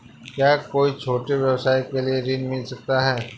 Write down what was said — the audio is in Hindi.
क्या कोई छोटे व्यवसाय के लिए ऋण मिल सकता है?